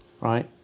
right